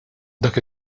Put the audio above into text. dak